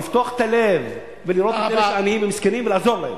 לפתוח את הלב ולראות שיש עניים ומסכנים ולעזור להם.